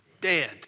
dead